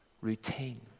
routine